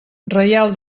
reial